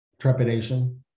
trepidation